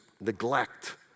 neglect